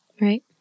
Right